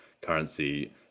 currency